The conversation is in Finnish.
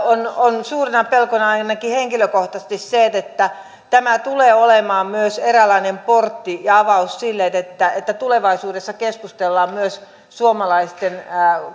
on on suurena pelkona ainakin henkilökohtaisesti se että tämä tulee olemaan myös eräänlainen portti ja avaus siihen että tulevaisuudessa keskustellaan myös suomalaisten